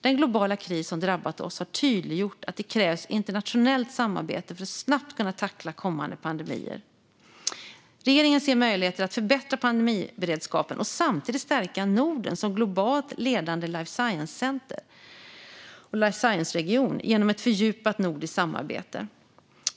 Den globala kris som drabbat oss har tydliggjort att det krävs internationellt samarbete för att snabbt kunna tackla kommande pandemier. Regeringen ser möjligheter att förbättra pandemiberedskapen och samtidigt stärka Norden som globalt ledande life science-center och life science-region genom ett fördjupat nordiskt samarbete.